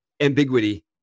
Ambiguity